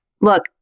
Look